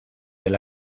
del